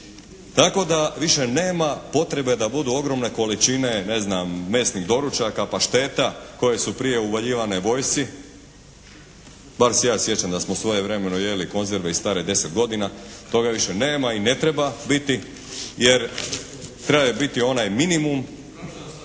Tako da više nema potrebe da budu ogromne količine, ne znam, mesnih doručaka, pašteta koje su prije uvaljivane vojsci. Bar se ja sjećam da smo svojevremeno jeli konzerve i stare 10 godina. Toga više nema i ne treba biti jer treba biti onaj minimum